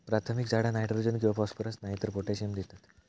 प्राथमिक झाडा नायट्रोजन किंवा फॉस्फरस नायतर पोटॅशियम देतत